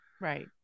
Right